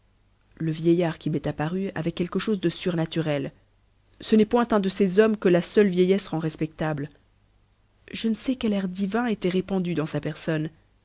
le vieillard qui m'est apparu avait quelque chose de surnaturel ce n'est point un de ces hommes que ja seule vieillesse rend respectables je ne sais quel air divin était répandu dans sa personne